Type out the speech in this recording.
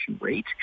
rate